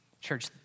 Church